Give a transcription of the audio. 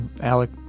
Alec